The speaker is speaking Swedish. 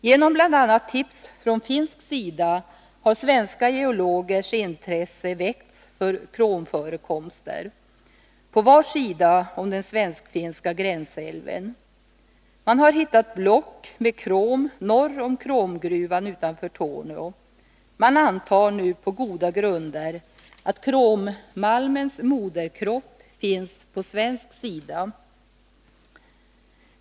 Genom bl.a. tips från finsk sida har svenska geologers intresse väckts för kromförekomster på var sida om den svensk-finska gränsälven. Man har hittat block med krom norr om kromgruvan utanför Torneå. Man antar nu — på goda grunder — att krommalmens moderkropp finns på svensk sida.